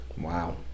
Wow